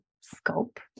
scope